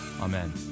Amen